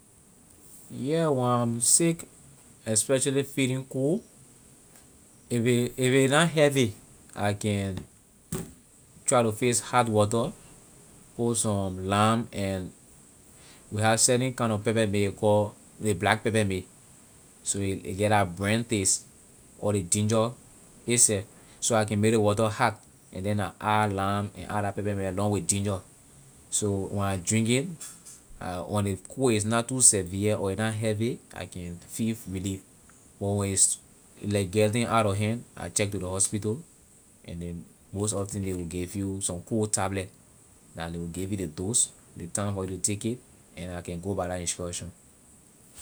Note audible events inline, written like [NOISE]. Yeah when am sick especially feeling cold if a if a na heavy I can try to fix hot water put some lime and we have certain kind na pepper mint ley call ley black pepper mint a get la burn taste with ley ginger itself so I can make ley water hot and then I add lime and add la pepper mint along with ginger so when I drink it [HESITATION] when ley cold is not too severe or a na heavy I can feel relieve but when is like getting out of hand I check to ley hospital and then most often ley will give you some cold tablet la ley will give you ley dose ley time for you to take it and I can go by la instruction.